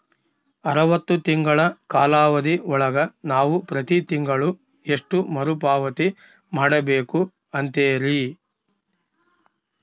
ಅರವತ್ತು ತಿಂಗಳ ಕಾಲಾವಧಿ ಒಳಗ ನಾವು ಪ್ರತಿ ತಿಂಗಳು ಎಷ್ಟು ಮರುಪಾವತಿ ಮಾಡಬೇಕು ಅಂತೇರಿ?